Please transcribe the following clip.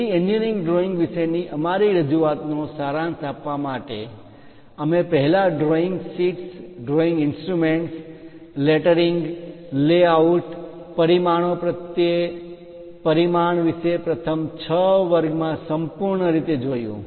તેથી engineering drawing વિશેની અમારી રજૂઆત નો સારાંશ આપવા માટે અમે પહેલા drawings sheets drawing instruments lettering layout પરિમાણો પ્રત્યે પરિમાણ વિશે પ્રથમ છ વર્ગમાં સંપૂર્ણ રીતે જોયું